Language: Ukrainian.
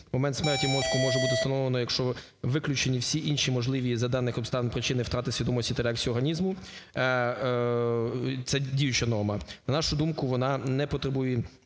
момент смерті мозку може бути встановлено, якщо виключені всі інші можливі за даних обставин причини втрати свідомості та реакцію організму". Це діюча норма. На нашу думку, вона не потребує